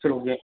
சரி ஓகே